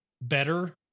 better